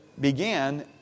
began